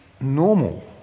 normal